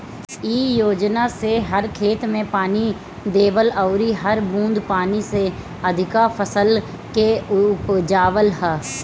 इ योजना से हर खेत में पानी देवल अउरी हर बूंद पानी से अधिका फसल के उपजावल ह